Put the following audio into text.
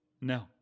No